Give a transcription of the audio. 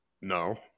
No